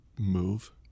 Move